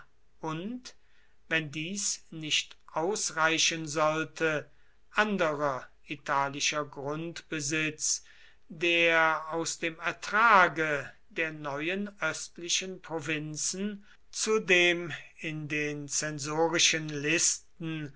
und wenn dies nicht ausreichen sollte anderer italischer grundbesitz der aus dem ertrage der neuen östlichen provinzen zu dem in den zensorischen listen